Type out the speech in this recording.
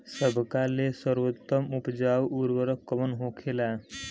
सबका ले सर्वोत्तम उपजाऊ उर्वरक कवन होखेला?